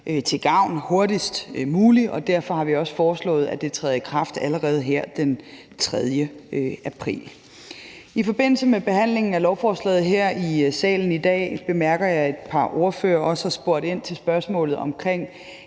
til gavn hurtigst muligt, og derfor har vi også foreslået, at det træder i kraft allerede her den 3. april. I forbindelse med behandlingen af lovforslaget her i salen i dag bemærker jeg, at et par ordførere også har spurgt ind til spørgsmålet omkring